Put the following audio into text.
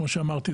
כמו שאמרתי,